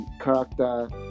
Character